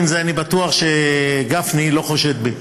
עם זאת, אני בטוח שגפני לא חושד בי.